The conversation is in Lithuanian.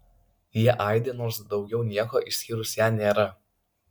jie aidi nors daugiau nieko išskyrus ją nėra